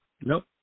Nope